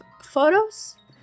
photos